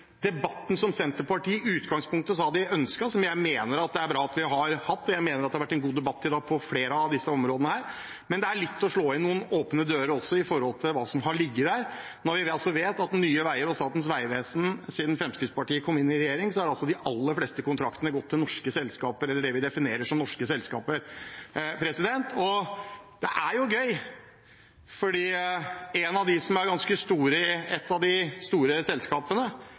debatten Senterpartiet i utgangspunktet sa de ønsket, og som jeg mener det er bra at vi har hatt. Jeg mener at det har vært en god debatt i dag på flere av disse områdene, men det er litt å slå inn noen åpne dører med tanke på hva som har ligget der, når vi vet at siden Fremskrittspartiet kom inn i regjering, har de aller fleste kontraktene gått til norske selskaper, eller det vi definerer som norske selskaper. Det er gøy at en av de ganske store i et av de store selskapene